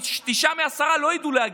תשעה מעשרה לא ידעו להגיד,